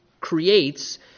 creates